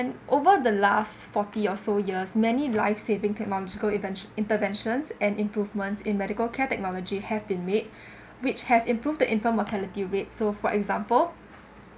over the last forty or so years many life saving technological inven~ intervention and improvements in medical care technology have been made which has improved the infant mortality rate so for example